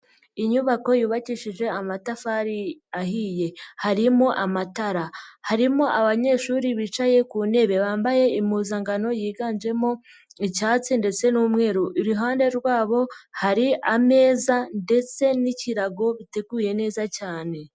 Inyubako yubakishije amatafari ahiye harimo amatara, harimo abanyeshuri bicaye ku ntebe bambaye impuzangano yiganjemo icyatsi ndetse n'umweru, iruhande rwabo hari ameza ndetse n'ikirago biteguye neza cyane.